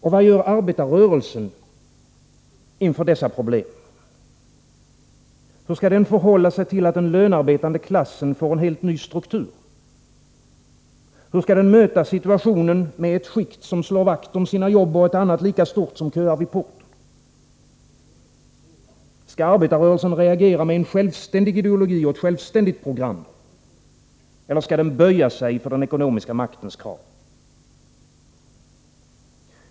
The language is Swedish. Och vad gör arbetarrörelsen inför dessa problem? Hur skall den förhålla sig till att den lönarbetande klassen får en helt ny struktur? Hur skall den möta situationen med ett skikt som slår vakt om sina jobb och ett annat lika stort, som köar vid porten? Skall arbetarrörelsen reagera med en självständig ideologi och ett självständigt program? Eller skall den böja sig för den ekonomiska maktens krav?